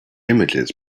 images